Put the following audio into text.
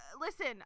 Listen